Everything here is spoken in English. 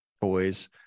toys